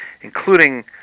including